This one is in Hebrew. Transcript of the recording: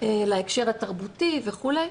להקשר התרבותי וכולי,